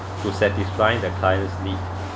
to satisfy the client need